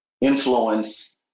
influence